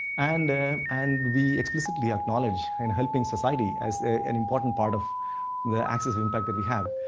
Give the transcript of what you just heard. and and we explicitly acknowledge in helping society as an important part of the axis of impact that we have.